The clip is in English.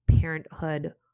parenthood